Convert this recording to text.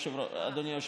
אדוני היושב-ראש,